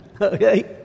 Okay